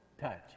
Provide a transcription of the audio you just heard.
touch